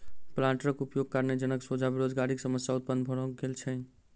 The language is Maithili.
प्लांटरक उपयोगक कारणेँ जनक सोझा बेरोजगारीक समस्या उत्पन्न भ गेल छै